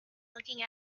looking